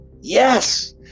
Yes